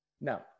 Now